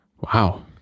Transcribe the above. Wow